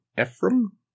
Ephraim